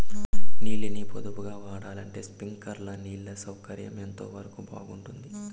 నీళ్ళ ని పొదుపుగా వాడాలంటే స్ప్రింక్లర్లు నీళ్లు సౌకర్యం ఎంతవరకు బాగుంటుంది?